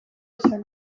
izan